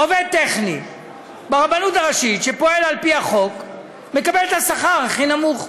עובד טכני ברבנות הראשית שפועל על-פי החוק מקבל את השכר הכי נמוך.